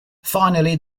finally